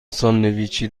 ساندویچی